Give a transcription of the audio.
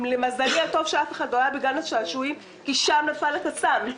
למזלי הטוב אף אחד לא היה בגן השעשועים כי שם נפל הקסאם.